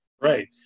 Right